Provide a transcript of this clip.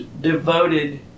devoted